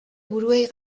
buruei